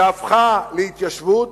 שהפכה להתיישבות,